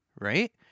right